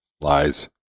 lies